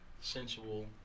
sensual